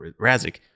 Razik